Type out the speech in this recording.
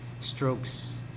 strokes